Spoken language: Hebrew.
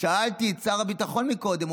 שאלתי את שר הביטחון קודם,